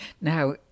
Now